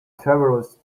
travelers